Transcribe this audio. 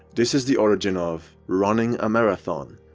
this is the origin of running a marathon.